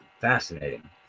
fascinating